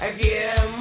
Again